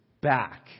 back